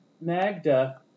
Magda